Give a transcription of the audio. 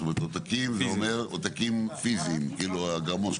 זאת אומרת עותקים זה אומר עותקים פיזיים כאילו הגרמושקות,